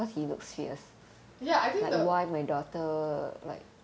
ya I think the